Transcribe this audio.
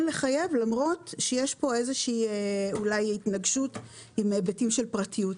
לחייב למרות שיש פה אולי התנגשות עם היבטים של פרטיות.